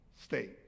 state